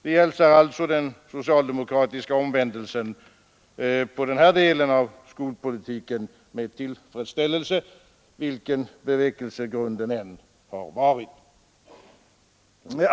Vi hälsar alltså den socialdemokratiska omvändelsen i fråga om den här delen av skolpolitiken med tillfredsställelse, vilken bevekelsegrunden än har varit.